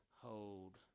hold